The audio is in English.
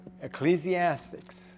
Ecclesiastics